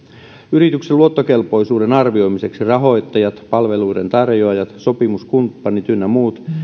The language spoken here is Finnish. yrityksen luottokelpoisuuden arvioimiseksi rahoittajat palveluiden tarjoajat sopimuskumppanit ynnä muut